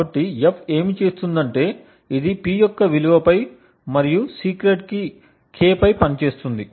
కాబట్టి F ఏమి చేస్తుందంటే ఇది P యొక్క విలువపై మరియు సీక్రెట్ కీ K పై పనిచేస్తుంది